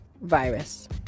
virus